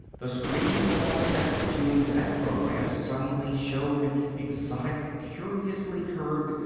the screens of all sets tuned to that program suddenly showed exotic, curiously curved,